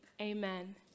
amen